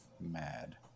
mad